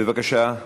בבקשה,